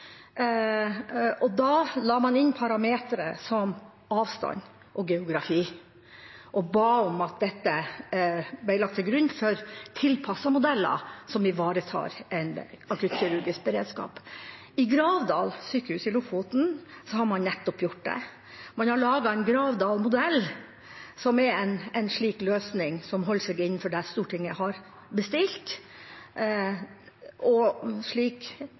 Da la man inn parametre som avstand og geografi, og ba om at dette ble lagt til grunn for tilpassede modeller som ivaretar en akuttkirurgisk beredskap. På Gravdal sykehus, Lofoten, har man gjort nettopp det. Man har laget en Gravdal-modell, som er en løsning som holder seg innenfor det Stortinget har bestilt, og slik